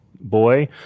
boy